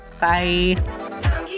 Bye